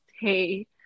hey